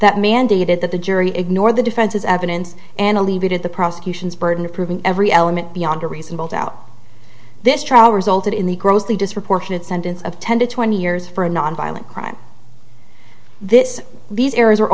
that mandated that the jury ignore the defense's evidence and leave it at the prosecution's burden of proving every element beyond a reasonable doubt this trial resulted in the grossly disproportionate sentence of ten to twenty years for a nonviolent crime this these areas are